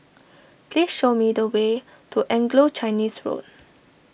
please show me the way to Anglo Chinese School